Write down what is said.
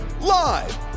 Live